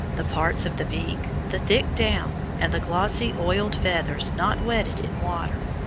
the parts of the beak, the thick down, and the glossy oiled feathers not wetted in water.